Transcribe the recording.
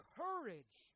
courage